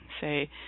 say